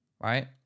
Right